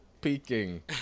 peeking